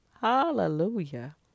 Hallelujah